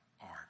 art